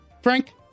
Frank